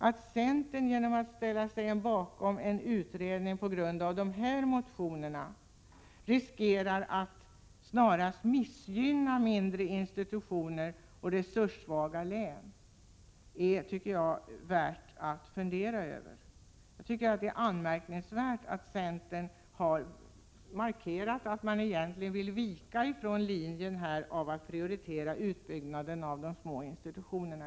Att centern genom att ställa sig bakom en utredning på grund av dessa motioner riskerar att snarast missgynna mindre institutioner och resurssvaga län är värt att fundera över. Jag tycker att det är anmärkningsvärt att centern här markerat att man egentligen vill vika från linjen att i första hand prioritera utbyggnaden av de små institutionerna.